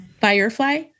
firefly